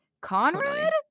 conrad